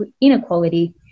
inequality